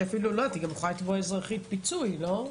שאפילו היא גם יכולה לתבוע אזרחית פיצוי, לא?